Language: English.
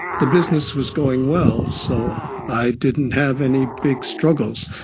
the business was going well, so i didn't have any big struggles.